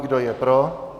Kdo je pro?